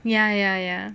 ya ya ya